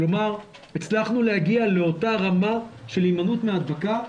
כלומר הצלחנו להגיע לאותה רמה של הימנעות מהדבקה,